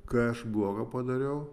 ką aš blogo padariau